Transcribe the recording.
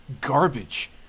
garbage